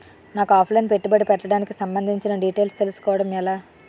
నాకు offline పెట్టుబడి పెట్టడానికి సంబందించిన డీటైల్స్ తెలుసుకోవడం ఎలా?